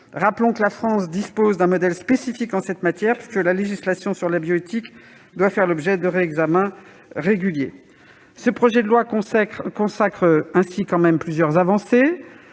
rappelle, la France dispose d'un modèle spécifique en la matière, puisque la législation sur la bioéthique doit faire l'objet de réexamens réguliers. Le projet de loi consacre tout de même plusieurs avancées